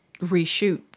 reshoot